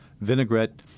Vinaigrette